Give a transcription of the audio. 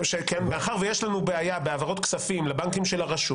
מאחר ויש לנו בעיה בהעברות כספים לבנקים של הרשות